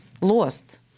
lost